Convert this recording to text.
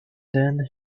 then